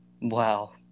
Wow